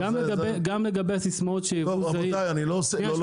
גם לגבי הסיסמאות של יבוא זעיר --- לא,